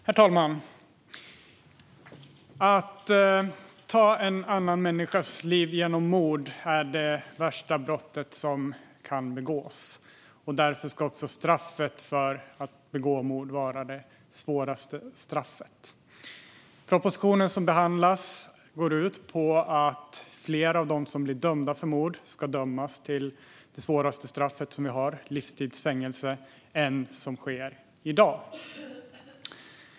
Herr talman! Att ta en annan människas liv genom mord är det värsta brottet som kan begås. Därför ska också straffet för att begå mord vara det svåraste straffet. Propositionen som nu behandlas går ut på att fler av dem som blir dömda för mord ska dömas till det svåraste straffet som finns, livstids fängelse, än som sker i dag.